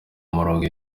murongo